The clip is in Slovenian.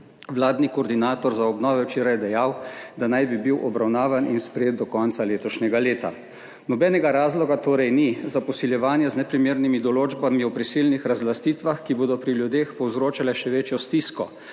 vladni koordinator za obnove, včeraj dejal, da naj bi bil obravnavan in sprejet do konca letošnjega leta. Nobenega razloga torej ni za posiljevanje z neprimernimi določbami o prisilnih razlastitvah, ki bodo pri ljudeh povzročale še večjo stisko.